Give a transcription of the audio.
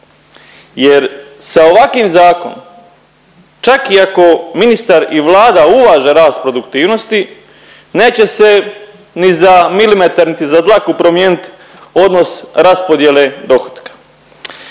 jer sa ovakim zakonom čak i ako ministar i Vlada uvaže rast produktivnosti neće se ni za milimetar niti za dlaku promijenit odnos raspodijele dohotka.